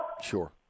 Sure